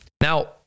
Now